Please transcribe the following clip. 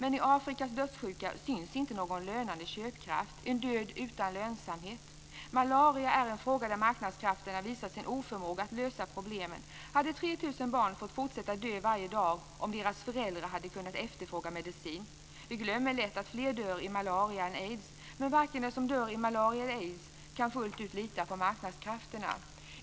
I Afrikas dödssjuka syns dock inte någon lönande köpkraft - en död utan lönsamhet. Malariafrågan är en fråga där marknadskrafterna visat sin oförmåga att lösa problemet. Skulle 3 000 barn ha fått fortsätta att dö varje dag om deras föräldrar hade kunnat efterfråga medicin? Vi glömmer lätt att fler dör i malaria än i aids. Men varken de som dör i malaria eller de som dör i aids kan fullt ut lita på marknadskrafterna.